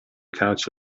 couch